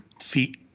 feet